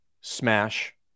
smash